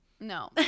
No